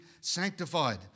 sanctified